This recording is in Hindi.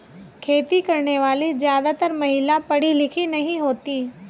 खेती करने वाली ज्यादातर महिला पढ़ी लिखी नहीं होती